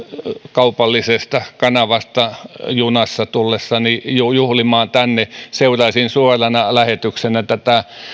kaupallisesta kanavasta junassa tullessani juhlimaan tänne seurasin suorana lähetyksenä tätä